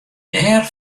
dêr